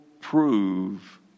prove